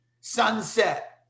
sunset